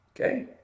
okay